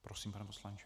Prosím, pane poslanče.